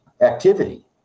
activity